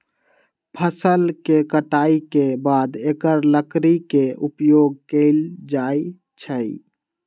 फ़सल के कटाई के बाद एकर लकड़ी के उपयोग कैल जाइ छइ